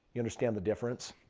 you understand the difference?